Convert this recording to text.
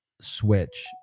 switch